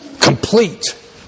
Complete